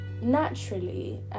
naturally